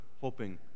hoping